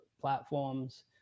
platforms